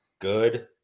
good